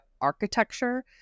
architecture